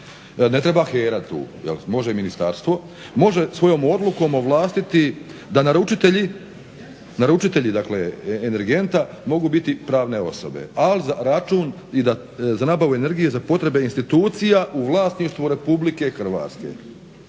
ne treba HERA tu jel', može i ministarstvo, može svojom odlukom ovlastiti da naručitelji energenta mogu biti pravne osobe, a za nabavu energije i za potrebe institucija u vlasništvu RH. Znate